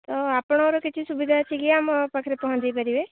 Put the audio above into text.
ତ ଆପଣଙ୍କର କିଛି ସୁବିଧା ଅଛି କି ଆମ ପାଖରେ ପହଞ୍ଚେଇ ପାରିବେ